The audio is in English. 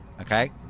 okay